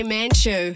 Manchu